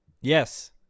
Yes